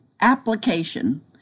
application